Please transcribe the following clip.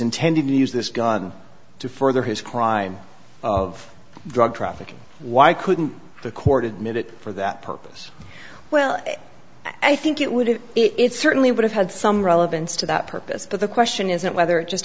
intending to use this to further his crime of drug trafficking why couldn't the court admit it for that purpose well i think it would have it certainly would have had some relevance to that purpose but the question isn't whether it just